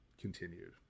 continued